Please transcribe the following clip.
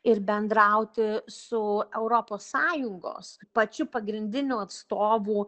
ir bendrauti su europos sąjungos pačiu pagrindiniu atstovu